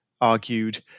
argued